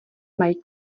mají